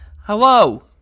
hello